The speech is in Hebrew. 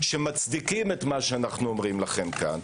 שמצדיקים את מה שאנו אומרים לכם כאן,